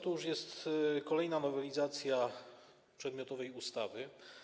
To już jest kolejna nowelizacja przedmiotowej ustawy.